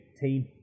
team